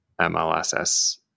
MLSS